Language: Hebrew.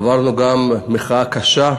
עברנו גם מחאה קשה,